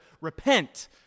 repent